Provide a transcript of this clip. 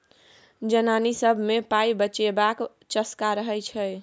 जनानी सब मे पाइ बचेबाक चस्का रहय छै